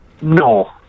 No